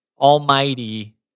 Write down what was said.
almighty